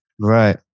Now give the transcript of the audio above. Right